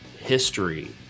history